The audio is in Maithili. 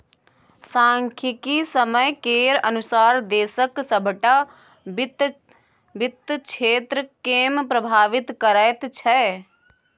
सांख्यिकी समय केर अनुसार देशक सभटा वित्त क्षेत्रकेँ प्रभावित करैत छै